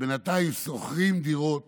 שבינתיים שוכרים דירות